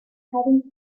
hiding